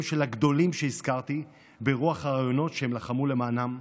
של הגדולים שהזכרתי ברוח הרעיונות שהם לחמו למענם.